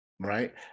right